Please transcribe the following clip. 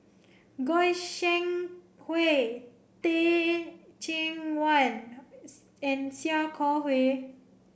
Goi Seng Hui Teh Cheang Wan and Sia Kah Hui